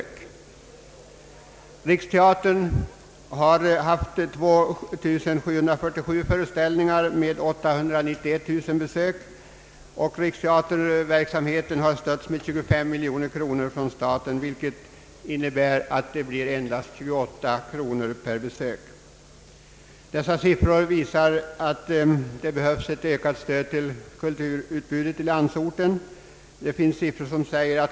Svenska riksteatern har haft 2747 föreställningar med 891 000 besökare. Riksteaterverksamheten har fått 25 miljoner kronor som stöd från staten, vilket innebär endast 28 kronor per besökare. Dessa siffror visar ett stort behov av ökat stöd till kulturutbudet i landsorten.